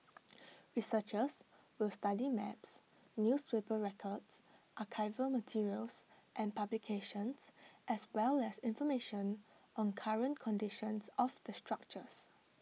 researchers will study maps newspaper records archival materials and publications as well as information on current conditions of the structures